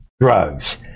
drugs